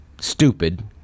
stupid